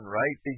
right